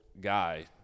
guy